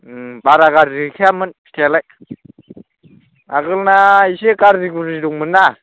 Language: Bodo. बारा गारज्रि गैखायामोन फिथाइयालाय आगोलना एसे गाज्रि गुज्रि दंमोनना